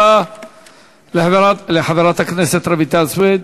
תודה לחברת הכנסת רויטל סויד.